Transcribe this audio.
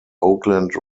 oakland